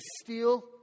steal